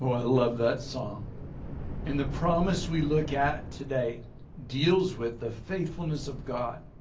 i love that song and the promise we look at today deals with the faithfulness of god,